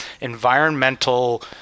environmental